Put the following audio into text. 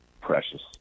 precious